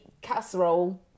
casserole